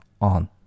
on